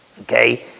okay